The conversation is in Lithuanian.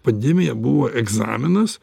pandemija buvo egzaminas